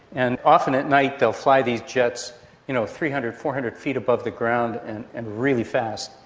and often at night they'll fly these jets you know three hundred, four hundred feet above the ground and and really fast.